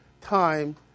time